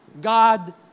God